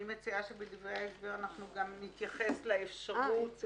אני מציעה שבדברי ההסבר נתייחס גם לאפשרות